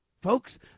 Folks